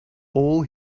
all